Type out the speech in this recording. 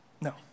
No